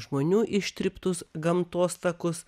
žmonių ištryptus gamtos takus